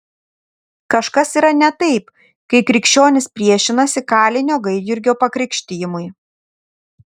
kažkas yra ne taip kai krikščionys priešinasi kalinio gaidjurgio pakrikštijimui